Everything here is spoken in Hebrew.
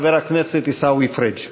חבר הכנסת עיסאווי פריג'.